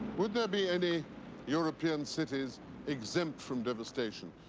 would there be any european cities exempt from devastation?